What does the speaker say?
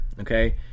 okay